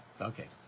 Okay